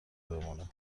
بمونم